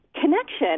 connection